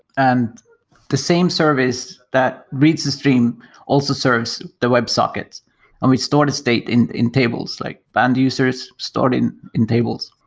and the same service that reads the stream also serves the web sockets and we store the state in in tables, like banned users store it in in tables.